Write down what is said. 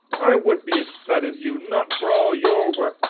i wouldn't be as fat as you not for all you're worth.